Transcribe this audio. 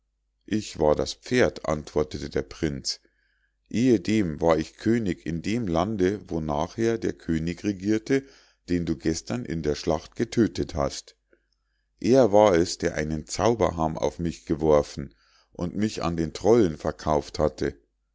ich war das pferd antwortete der prinz ehedem war ich könig in dem lande wo nachher der könig regierte den du gestern in der schlacht getödtet hast er war es der einen zauberham auf mich geworfen und mich an den trollen verkauft hatte